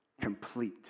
complete